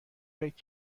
فکر